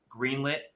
greenlit